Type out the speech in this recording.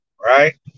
Right